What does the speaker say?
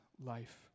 life